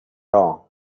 all